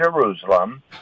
Jerusalem